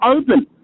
Open